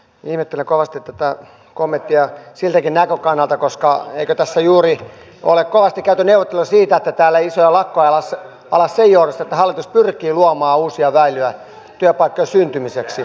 ihmettelen kovasti tätä kommenttia siltäkin näkökannalta että eikö tässä juuri ole kovasti käyty neuvotteluja siitä että täällä ei isoja lakkoja ala sen johdosta että hallitus pyrkii luomaan uusia väyliä työpaikkojen syntymiseksi